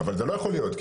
זה לא יכול להיות,